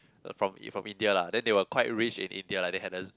from from India lah then they were quite rich in India like they had a z~